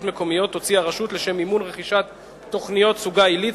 מקומיות תוציא הרשות למימון רכישת תוכניות סוגה עילית